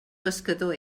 pescador